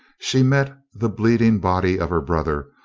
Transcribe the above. she met the bleeding body of her brother,